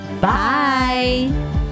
Bye